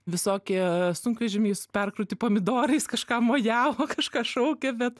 visokie sunkvežimiai perkrauti pomidorais kažką mojavo kažką šaukė bet